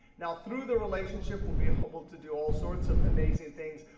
now, through the relationship, we'll be able to do all sorts of amazing things.